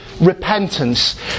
repentance